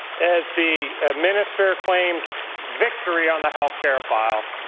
as the minister claims victory on the health care file.